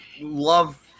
love